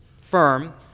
firm